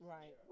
Right